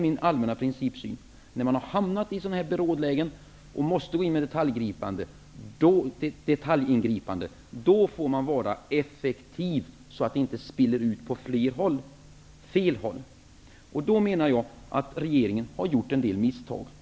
Min allmänna principsyn är att man, när man har hamnat i ett sådant läge att man behöver gå in med detaljingripande, måste vara effektiv så att inget spills ut åt fel håll. Där menar jag att regeringen har gjort en del misstag.